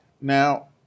Now